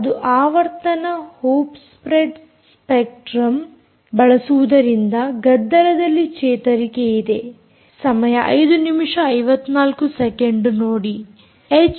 ಅದು ಆವರ್ತನ hop spread spectrum ಬಳಸುವುದರಿಂದ ಗದ್ದಲದಲ್ಲಿ ಚೇತರಿಕೆಯಿದೆಸಮಯ ನೋಡಿ0554